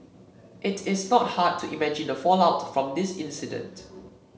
it is not hard to imagine the fallout from this incident